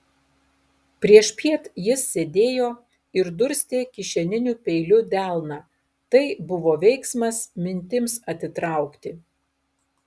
priešpiet jis sėdėjo ir durstė kišeniniu peiliu delną tai buvo veiksmas mintims atitraukti